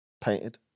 painted